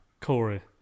Corey